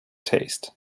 taste